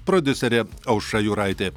prodiuserė aušra juraitė